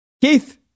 Keith